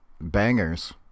bangers